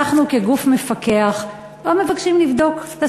אנחנו כגוף מפקח לא מבקשים לבדוק את